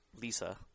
Lisa